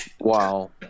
Wow